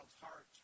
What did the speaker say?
heart